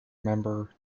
member